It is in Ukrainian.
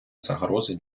загрози